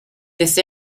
this